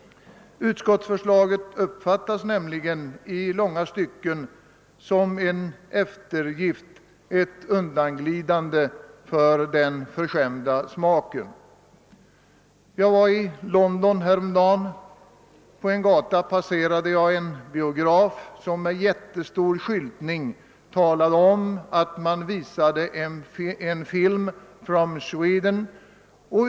Utskottsförslaget uppfattas nämligen i långa stycken som en eftergift åt och ett undanglidande för den förskämda smaken. Jag var häromdagen i London. På en gata passerade jag en biograf som med jättestora affischer talade om att man visade en film »from Sweden«.